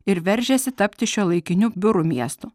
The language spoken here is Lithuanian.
ir veržiasi tapti šiuolaikiniu biurų miestu